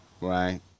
right